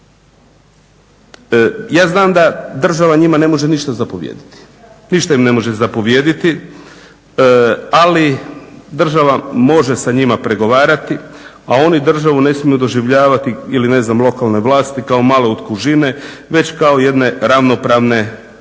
Ja znam da država njima ne može ništa zapovjediti, ali država može sa njima pregovarati a oni državu ne smiju doživljavati ili ne znam lokalne vlasti kao male od kužine već kao jedne ravnopravne